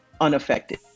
unaffected